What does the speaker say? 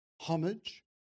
homage